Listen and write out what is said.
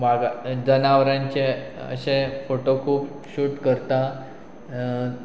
वा जनावरांचे अशे फोटो खूब शूट करता